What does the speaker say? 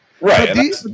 Right